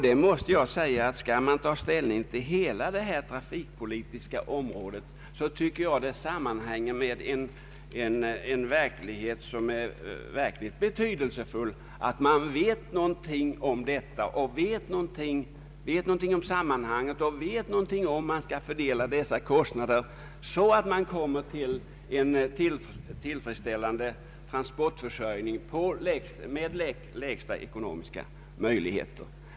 Om man skall ta ställning till hela den trafikpolitiska situationen är det verkligen betydelsefullt att man vet något om frågorna i detta sammanhang och om hur kostnaderna skall fördelas så att man åstadkommer en tillfredsställande transportförsörjning på bästa möjliga ekonomiska villkor.